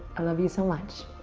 i love you so much.